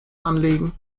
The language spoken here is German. anlegen